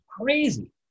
crazy